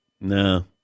no